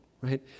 right